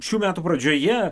šių metų pradžioje